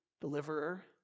deliverer